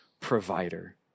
provider